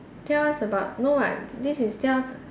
tell us about no [what] this is tell us